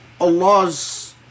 Allah's